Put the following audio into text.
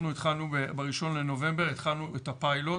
התחלנו ב-1 בנובמבר את הפיילוט